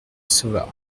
sauva